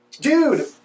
Dude